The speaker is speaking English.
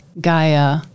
Gaia